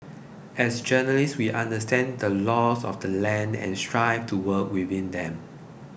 as journalists we understand the laws of the land and strive to work within them